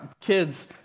kids